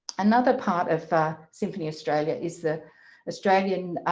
another part of symphony australia is the australian